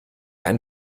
ein